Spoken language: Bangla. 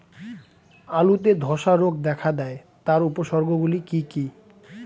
আলুতে ধ্বসা রোগ দেখা দেয় তার উপসর্গগুলি কি কি?